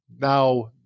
now